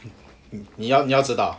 你要你要知道 ah